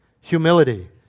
humility